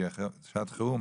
בשעת חירום,